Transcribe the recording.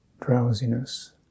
drowsiness